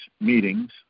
meetings